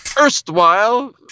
erstwhile